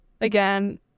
again